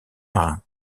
marin